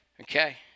Okay